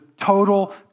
total